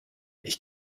ich